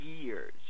years